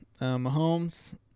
Mahomes